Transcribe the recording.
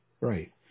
Right